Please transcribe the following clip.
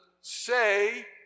say